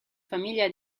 famiglia